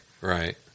Right